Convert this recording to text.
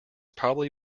probably